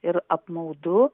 ir apmaudu